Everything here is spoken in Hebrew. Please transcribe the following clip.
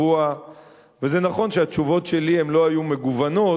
ונכון שהתשובות שלי לא היו מגוונות.